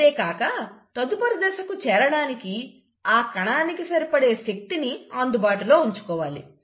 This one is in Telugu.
అంతేకాక తదుపరి దశకు చేరటానికి ఆ కణానికి సరిపడే శక్తిని అందుబాటులో ఉంచుకోవాలి